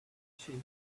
shape